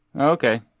okay